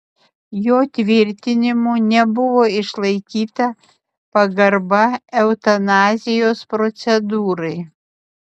jo tvirtinimu nebuvo išlaikyta pagarba eutanazijos procedūrai